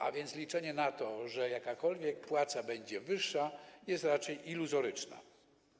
A więc liczenie na to, że jakakolwiek płaca będzie wyższa, jest raczej iluzoryczne.